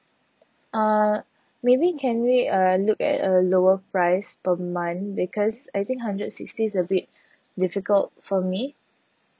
uh maybe can we uh look at a lower price per month because I think hundred sixty is a bit difficult for me